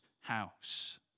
house